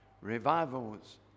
revival's